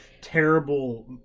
terrible